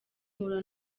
mpura